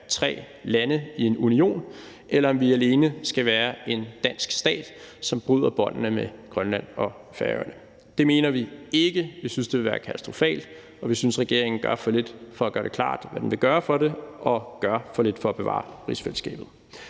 tre lande i en union, eller om vi alene skal være en dansk stat, som bryder båndene med Grønland og Færøerne. Det mener vi ikke. Vi synes, at det ville være katastrofalt, og vi synes, at regeringen gør for lidt for at gøre det klart, hvad den vil gøre for det, og at den gør for lidt for at bevare rigsfællesskabet.